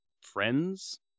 friends